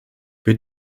wir